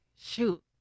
shoot